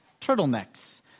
turtlenecks